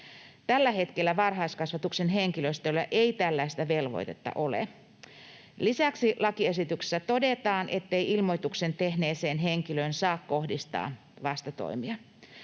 Tällä hetkellä varhaiskasvatuksen henkilöstöllä ei tällaista velvoitetta ole. Lisäksi lakiesityksessä todetaan, ettei ilmoituksen tehneeseen henkilöön saa kohdistaa vastatoimia.